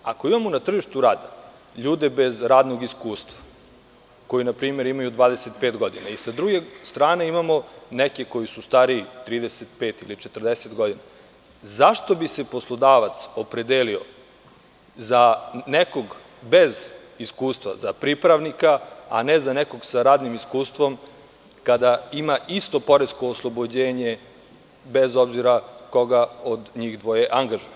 Ako imamo na tržištu rada ljude bez radnog iskustva, koji npr. imaju 25 godina i s druge strane, imamo neke koji su stariji 35 ili 40 godina, zašto bi se poslodavac opredelio za nekog bez iskustva, za pripravnika, a ne za nekog sa radnim iskustvom, kada ima isto poresko oslobođenje, bez obzira koga od njih dvoje angažuje?